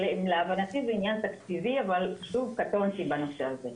להבנתי זה עניין תקציבי, אבל קטונתי בנושא הזה.